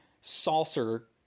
saucer